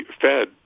Fed